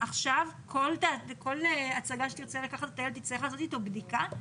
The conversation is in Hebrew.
עכשיו כל הצגה שתרצה לקחת את הילד תצטרך לעשות לו בדיקה?